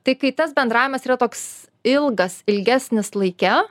tai kai tas bendravimas yra toks ilgas ilgesnis laike